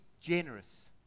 generous